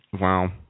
Wow